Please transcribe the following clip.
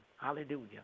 hallelujah